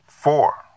Four